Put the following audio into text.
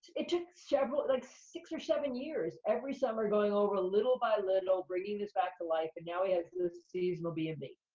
it took several, like, six or seven years every summer going over little by little, bringing this back to life, and now he has this seasonal b and b.